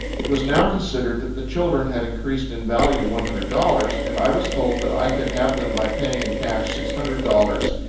it was now considered that the children had increased in value one hundred dollars, and i was told that i could have them, by paying in cash six hundred dollars,